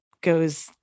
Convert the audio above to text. goes